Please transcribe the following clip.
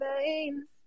veins